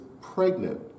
pregnant